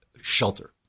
shelter